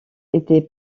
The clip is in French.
était